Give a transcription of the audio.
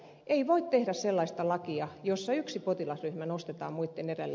ei voi tehdä sellaista lakia jossa yksi potilasryhmä nostetaan muitten edelle